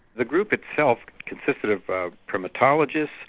the group itself consisted of of primatologists,